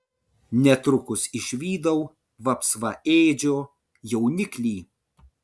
netrukus išvydau vapsvaėdžio jauniklį